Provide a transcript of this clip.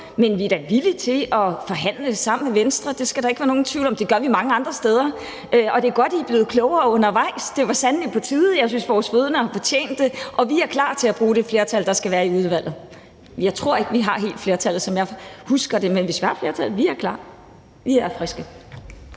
Men vi er da villige til at forhandle sammen med Venstre; det skal der ikke være nogen tvivl om. Det gør vi mange andre steder, og det er godt, at I er blevet klogere undervejs. Det var sandelig på tide. Jeg synes, vores fødende har fortjent det. Og vi er klar til at bruge det flertal, der skal være i udvalget. Jeg tror ikke, vi helt har flertallet, som jeg husker det, men hvis vi har flertallet, er vi klar – vi er friske.